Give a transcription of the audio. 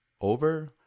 over